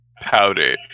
powder